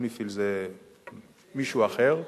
יוניפי"ל זה מישהו אחר,